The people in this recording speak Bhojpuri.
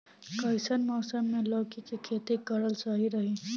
कइसन मौसम मे लौकी के खेती करल सही रही?